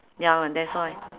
ya lah that's why